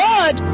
God